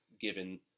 given